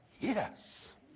yes